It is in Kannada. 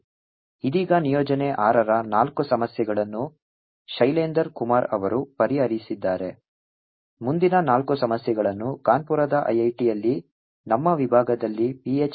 ಇದೀಗ ನಿಯೋಜನೆ 6 ರ ನಾಲ್ಕು ಸಮಸ್ಯೆಗಳನ್ನು ಶೈಲೇಂದರ್ ಕುಮಾರ್ ಅವರು ಪರಿಹರಿಸಿದ್ದಾರೆ ಮುಂದಿನ ನಾಲ್ಕು ಸಮಸ್ಯೆಗಳನ್ನು ಕಾನ್ಪುರದ ಐಐಟಿಯಲ್ಲಿ ನಮ್ಮ ವಿಭಾಗದಲ್ಲಿ ಪಿಎಚ್